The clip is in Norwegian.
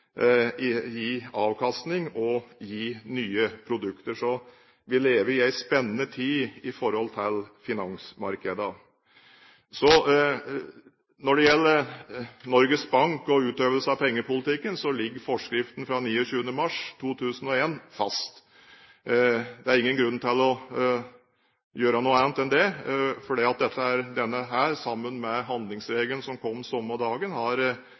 skal gi avkastning og nye produkter. Så vi lever i en spennende tid når det gjelder finansmarkedene. Når det gjelder Norges Bank og utøvelsen av pengepolitikken, ligger forskriften fra 29. mars 2001 fast. Det er ingen grunn til å gjøre noe annet, for denne, sammen med handlingsregelen, som kom den samme dagen, har